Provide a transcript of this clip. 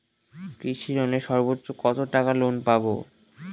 কৃষি লোনে সর্বোচ্চ কত টাকা লোন পাবো?